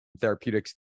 therapeutics